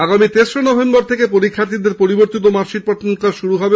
আগামী তেশরা নভেম্বর থেকে পরীক্ষার্থীদের পরিবর্তিত মার্কশিট পাঠানোর কাজ শুরু হবে